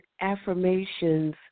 affirmations